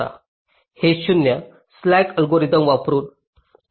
हे शून्य slack algorithm वापरुन